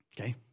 okay